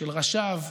של ראשיו,